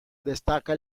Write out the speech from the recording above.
destaca